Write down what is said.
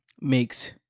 makes